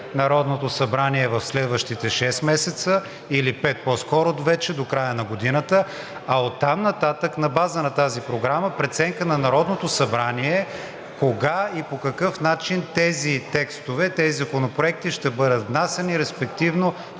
Народното събрание в следващите шест месеца или пет по скоро вече – до края на годината. А оттам нататък на база на тази програма преценка на Народното събрание е кога и по какъв начин тези текстове, тези законопроекти ще бъдат внасяни, респективно